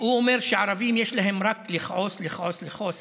הוא אומר שערבים יש להם רק: לכעוס, לכעוס, לכעוס.